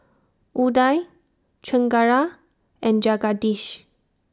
Udai Chengara and Jagadish